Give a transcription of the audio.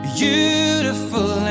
beautiful